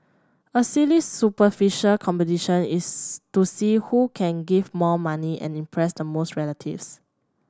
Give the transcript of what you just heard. a silly superficial competition is to see who can give more money and impress the most relatives